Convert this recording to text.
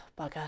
bugger